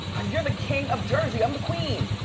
you're the king of jersey, i'm the queen.